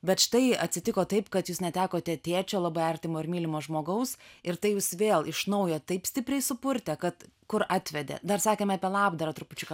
bet štai atsitiko taip kad jūs netekote tėčio labai artimo ir mylimo žmogaus ir tai jus vėl iš naujo taip stipriai supurtė kad kur atvedė dar sakėme apie labdarą trupučiuką